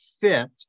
fit